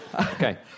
Okay